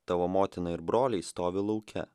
tavo motina ir broliai stovi lauke